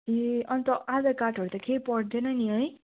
ए अन्त आधार कार्डहरू त केही पर्दैन नि है